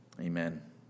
Amen